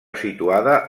situada